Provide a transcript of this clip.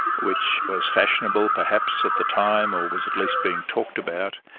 which was fashionable perhaps at the time or was at least being talked about,